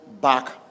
back